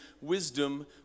wisdom